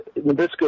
Nabisco